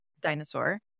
Dinosaur